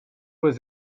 was